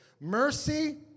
Mercy